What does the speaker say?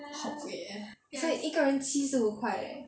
好贵 eh 所以一个人七十五块 leh